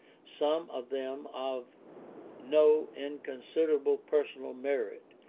some of them of no inconsiderable personal merit,